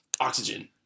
oxygen